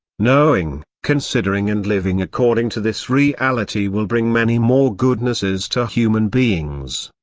knowing, considering and living according to this reality will bring many more goodnesses to human beings.